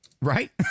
Right